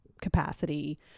capacity